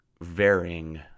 varying